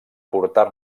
portar